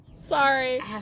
Sorry